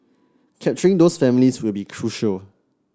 capturing those families will be crucial